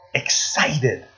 excited